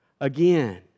again